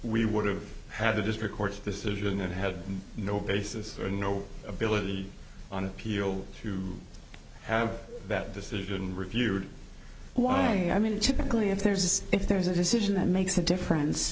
we would have had a district court decision that had no basis or no ability on appeal to have that decision reviewed why i mean typically if there's if there's a decision that makes a difference